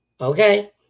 Okay